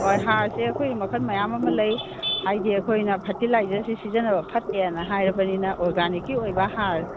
ꯍꯣꯏ ꯍꯥꯔꯁꯦ ꯑꯩꯈꯣꯏ ꯃꯈꯟ ꯃꯌꯥꯝ ꯑꯃ ꯂꯩ ꯍꯥꯏꯗꯤ ꯑꯩꯈꯣꯏꯅ ꯐꯔꯇꯤꯂꯥꯏꯖꯔꯁꯦ ꯁꯤꯖꯤꯟꯅꯕ ꯐꯠꯇꯦꯅ ꯍꯥꯏꯔꯕꯅꯤꯅ ꯑꯣꯔꯒꯥꯟꯅꯤꯛꯀꯤ ꯑꯣꯏꯕ ꯍꯥꯔ